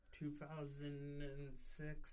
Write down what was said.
2006